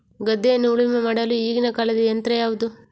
ಗದ್ದೆಯನ್ನು ಉಳುಮೆ ಮಾಡಲು ಈಗಿನ ಕಾಲದ ಯಂತ್ರ ಯಾವುದು?